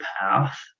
path